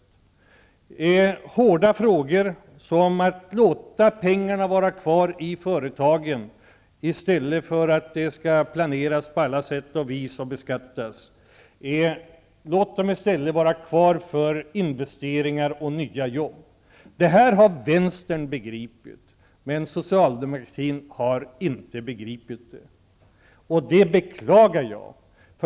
När det gäller hårda frågor -- det handlar om att låta pengarna vara kvar i företagen i stället för att det skall planeras på alla sätt och vis och beskattas -- vill jag säga följande. Låt pengarna vara kvar för investeringar och nya jobb. Detta har vänstern begripit. Men Socialdemokraterna har inte begripit det, vilket jag beklagar.